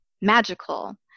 magical